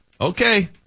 Okay